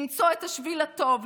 למצוא את השביל הטוב,